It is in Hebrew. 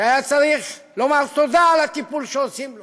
שהיה צריך לומר תודה על הטיפול שעושים לו.